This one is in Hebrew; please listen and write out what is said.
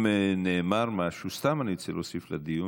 אם נאמר משהו, סתם אני רוצה להוסיף לדיון,